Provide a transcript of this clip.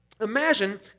Imagine